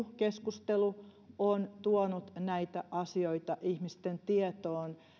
keskustelu on tuonut näitä asioita ihmisten tietoon